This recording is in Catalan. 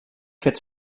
fet